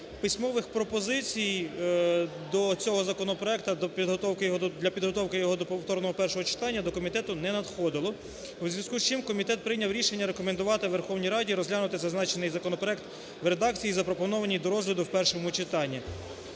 Письмових пропозицій до цього законопроекту для підготовки його повторного першого читання до комітету не надходило. У зв'язку з чим комітет прийняв рішення рекомендувати Верховній Раді розглянути зазначений законопроект в редакції, запропонованій до розгляду в першому читанні.